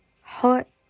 hot